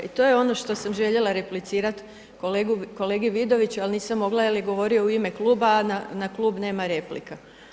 To je ono što sam željela replicirat kolegu Vidoviću ali nisam mogla jer je govorio u ime kluba, a na klub nema replika.